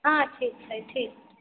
हॅं ठीक है ठीक